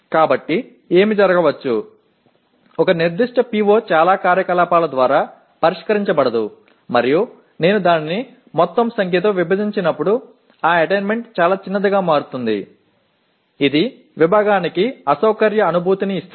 எனவே என்ன நடக்கக்கூடும் ஒரு குறிப்பிட்ட PO பல செயல்களால் கவனிக்கப்படவில்லை மற்றும் நான் அதை மொத்த எண்ணிக்கையால் வகுக்கும்போது அந்த அடைதல் மிகவும் சிறியதாக மாறும் இது துறைக்கு சங்கடமான உணர்வைத் தரக்கூடும்